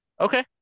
Okay